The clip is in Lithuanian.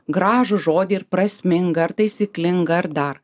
gražų žodį ir prasmingą ar taisyklingą ar dar